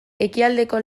ekialdeko